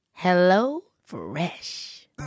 HelloFresh